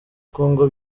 congo